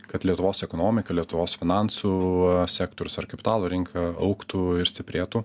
kad lietuvos ekonomika lietuvos finansų sektorius ar kapitalo rinka augtų ir stiprėtų